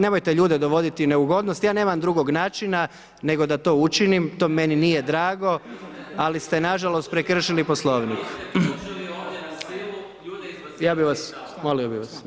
Nemojte ljude dovoditi u neugodnosti, ja nemam drugog načina nego da to učinim, to meni nije drago ali ste nažalost prekršili Poslovnik. … [[Upadica Maras, ne razumije se.]] Ja bi vas, molio bi vas.